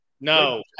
No